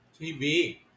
TV